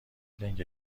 لنگه